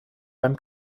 beim